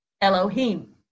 elohim